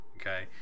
okay